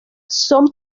son